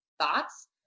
thoughts